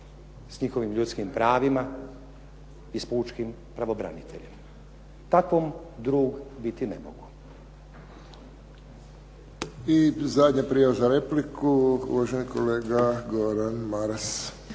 s njihovim ljudskim pravima i s pučkim pravobraniteljem. Takvom drug biti ne mogu. **Friščić, Josip (HSS)** I zadnja prijava za repliku. Uvaženi kolega Gordan Maras.